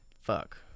fuck